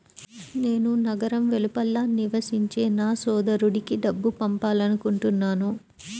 నేను నగరం వెలుపల నివసించే నా సోదరుడికి డబ్బు పంపాలనుకుంటున్నాను